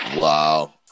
Wow